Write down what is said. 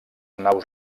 naus